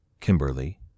Kimberly